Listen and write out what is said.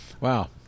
Wow